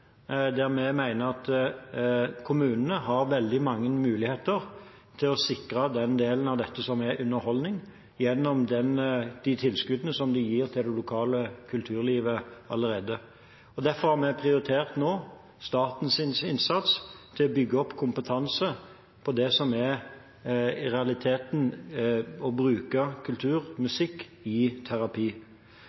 at kommunene har veldig mange muligheter til å sikre den delen av dette som er underholdning, gjennom de tilskuddene som de allerede gir til det lokale kulturlivet. Derfor har vi nå prioritert statens innsats for å bygge opp kompetanse innen det som i realiteten er å bruke kultur og musikk i terapi.